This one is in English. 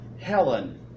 Helen